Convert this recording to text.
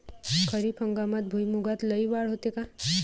खरीप हंगामात भुईमूगात लई वाढ होते का?